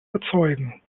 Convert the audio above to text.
überzeugen